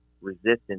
resistance